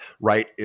right